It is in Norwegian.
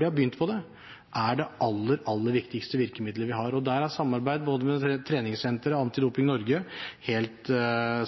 det aller, aller viktigste virkemidlet vi har. Der er samarbeid med både treningssentre og Antidoping Norge helt